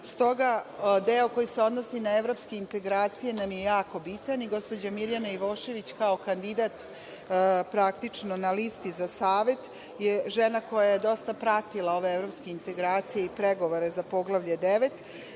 menja. Stoga, deo koji se odnosi na evropske integracije nam je jako bitan i gospođa Mirjana Ivošević, kao kandidat na listi za savet je žena koja je dosta pratila ove evropske integracije i pregovore za Poglavlje 9